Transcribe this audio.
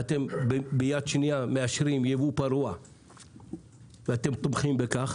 ואתם ביד שנייה מאשרים ייבוא פרוע ותומכים בכך.